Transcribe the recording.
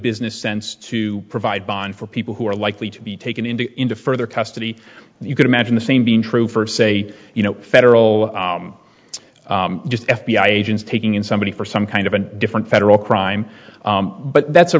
business sense to provide bond for people who are likely to be taken into into further custody and you could imagine the same being true for say you know federal just f b i agents taking in somebody for some kind of a different federal crime but that's a